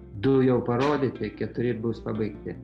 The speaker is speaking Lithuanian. du jau parodyti keturi bus pabaigti